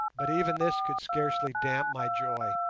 but even this could scarcely damp my joy.